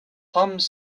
femmes